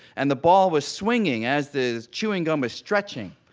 and the ball was swinging as the chewing gum was stretching.